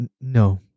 No